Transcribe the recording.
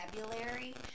vocabulary